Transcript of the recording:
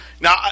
now